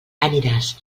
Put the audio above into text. aniràs